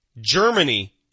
Germany